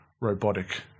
robotic